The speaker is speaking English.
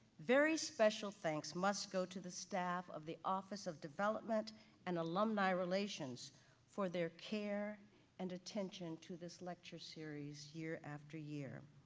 very special thanks must go to the staff of the office of development and alumni relations for their care and attention to this lecture series, year after year.